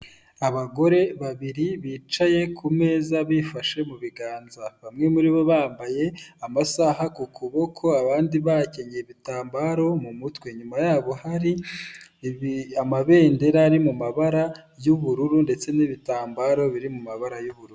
Abagore babiri bicaye kumeza bifashe mu biganza bamwe muri bo bambaye amasaha ku kuboko abandi bakenyeye ibitambaro mu mutwe, inyuma yabo hari amabendera ari mu mabara y'ubururu ndetse n'ibitambaro biri mu mabara y'ubururu.